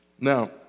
now